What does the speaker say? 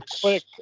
quick